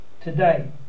today